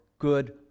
Good